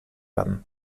werden